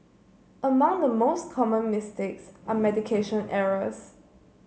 among the most common mistakes are medication errors